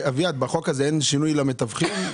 אביעד, בחוק הזה אין שינוי למתווכים?